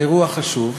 אירוע חשוב,